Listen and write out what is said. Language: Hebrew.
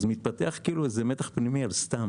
מתפתח מתח פנימי על סתם.